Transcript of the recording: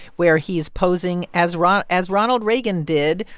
where he is posing as ron as ronald reagan did,